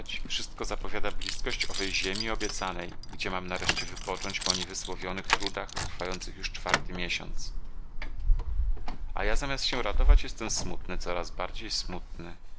wszystko zapowiada blizkość owej ziemi obiecanej gdzie mamy nareszcie wypocząć po niewysłowionych trudach trwających już czwarty miesiąc a ja zamiast się radować jestem smutny coraz bardziej smutny